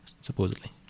supposedly